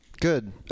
good